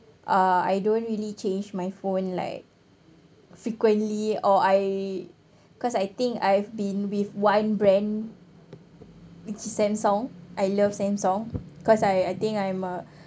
uh I don't really change my phone like frequently or I cause I think I've been with one brand which is Samsung I love Samsung cause I I think I'm a